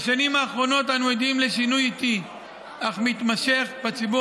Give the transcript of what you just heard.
בשנים האחרונות אנו עדים לשינוי איטי אך מתמשך בציבור